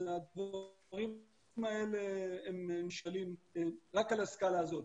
אז הדברים האלה הם נשקלים רק על הסקלה הזאת,